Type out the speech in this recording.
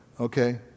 okay